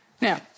Now